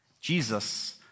Jesus